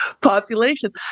population